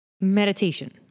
meditation